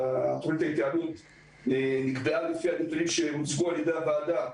ושתוכנית ההתייעלות נקבעה לפי הנתונים שהוצגו על ידי הועדה.